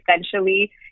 essentially